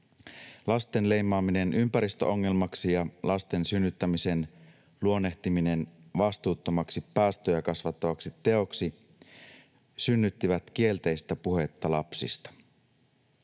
lasten leimaaminen ympäristöongelmaksi ja lasten synnyttämisen luonnehtiminen vastuuttomaksi päästöjä kasvattavaksi teoksi synnyttivät kielteistä puhetta lapsista.